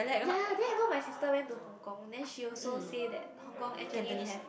ya then you know my sister went to Hong-Kong then she also say that Hong-Kong actually have